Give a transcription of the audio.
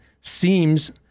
seems